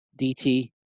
DT